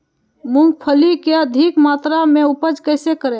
मूंगफली के अधिक मात्रा मे उपज कैसे करें?